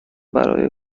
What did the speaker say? برای